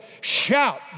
Shout